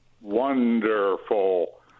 Wonderful